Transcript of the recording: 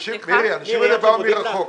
מירי, האנשים האלה באו מרחוק.